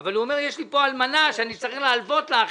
אבל הוא אומר: יש לי פה אלמנה שאני צריך להלוות לה,